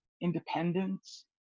independence